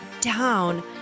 down